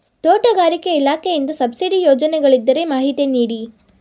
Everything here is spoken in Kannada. ತೋಟಗಾರಿಕೆ ಇಲಾಖೆಯಿಂದ ಸಬ್ಸಿಡಿ ಯೋಜನೆಗಳಿದ್ದರೆ ಮಾಹಿತಿ ನೀಡಿ?